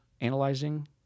analyzing